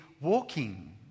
walking